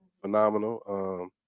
phenomenal